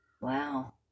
Wow